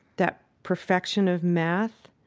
that perfection of math,